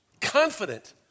confident